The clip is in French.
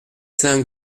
cinq